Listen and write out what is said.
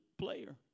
player